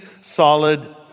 solid